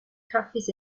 cafes